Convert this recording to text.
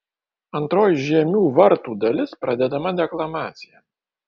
antroji žiemių vartų dalis pradedama deklamacija